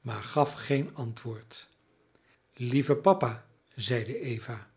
maar gaf geen antwoord lieve papa zeide eva